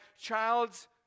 child's